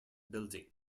building